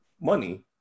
money